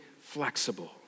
flexible